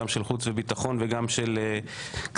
גם של חוץ וביטחון וגם של כספים,